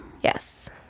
yes